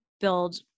build